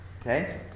Okay